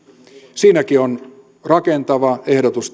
siinäkin on teille rakentava ehdotus